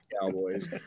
Cowboys